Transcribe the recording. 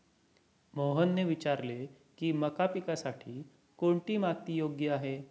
मोहनने विचारले की मका पिकासाठी कोणती माती योग्य आहे?